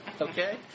okay